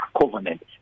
covenant